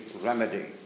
remedy